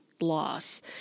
loss